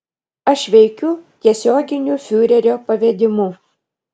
aš veikiu tiesioginiu fiurerio pavedimu